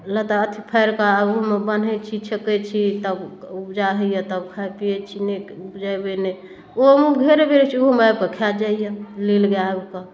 लत्ता अथी फाड़िकऽ आगूमे बान्है छी छेकै छी तब उपजा होइए तब खाइ पिए छी नहि उपजेबै नहि ओहोमे घेरै बेरै छी आबिके खा जाइए नील गाइ आबिकऽ